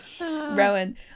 Rowan